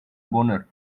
boner